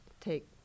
take